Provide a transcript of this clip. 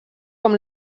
com